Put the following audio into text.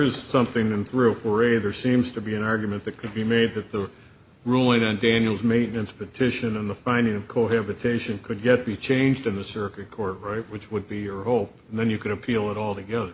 is something going through for a there seems to be an argument that could be made that the ruling in daniel's maintenance petition in the finding of cohabitation could get be changed in the circuit court right which would be your role and then you could appeal it all together